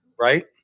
Right